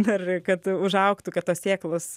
dar kad užaugtų kad tos sėklos